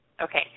Okay